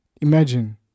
imagine